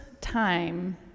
time